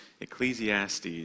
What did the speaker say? Ecclesiastes